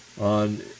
on